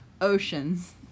Oceans